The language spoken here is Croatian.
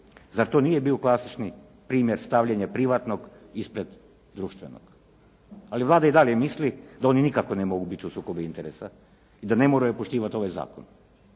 Zar to nije bio klasični primjer stavljanja privatnog ispred društvenog? Ali Vlada i dalje misli da oni nikako ne mogu biti u sukobu interesa i da ne moraju poštivati ovaj zakon.